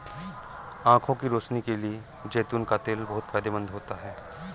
आंखों की रोशनी के लिए जैतून का तेल बहुत फायदेमंद होता है